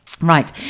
Right